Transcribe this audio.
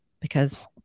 Because-